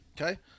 okay